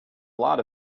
lot